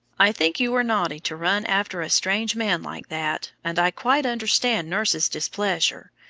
i think you were naughty to run after a strange man like that, and i quite understand nurse's displeasure.